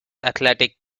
athletic